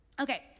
Okay